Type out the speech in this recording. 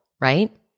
right